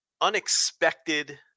unexpected